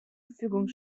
verfügung